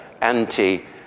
anti